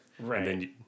Right